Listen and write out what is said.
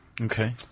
Okay